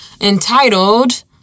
entitled